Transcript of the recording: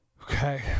Okay